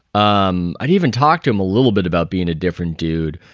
um i'd even talk to him a little bit about being a different dude,